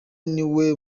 niwe